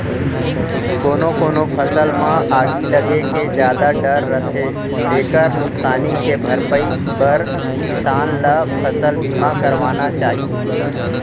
कोनो कोनो फसल म आगी लगे के जादा डर रथे एकर नुकसानी के भरपई बर किसान ल फसल बीमा करवाना चाही